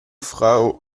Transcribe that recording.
frau